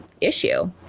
issue